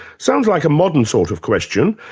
sounds like a modern sort of question,